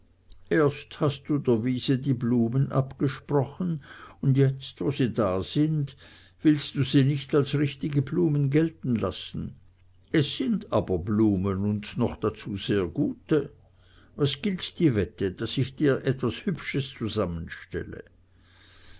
erst hast du der wiese die blumen abgesprochen und jetzt wo sie da sind willst du sie nicht als richtige blumen gelten lassen es sind aber blumen und noch dazu sehr gute was gilt die wette daß ich dir etwas hübsches zusammenstelle